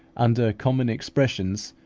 under common expressions,